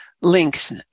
links